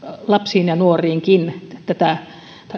lapsiin ja nuoriinkin tätä